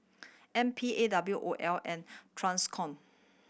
N P A W O L and Transcom